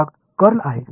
पुढील भाग कर्ल आहे